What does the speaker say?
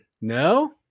No